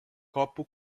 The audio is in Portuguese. copo